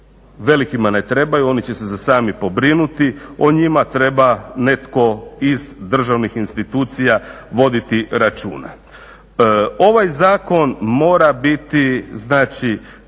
velikima ne trebaju, oni će se sami pobrinuti, o njima treba netko iz državnih institucija voditi računa. Ovaj zakon mora biti znači